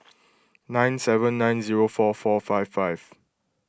nine seven nine zero four four five five